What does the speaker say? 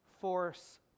force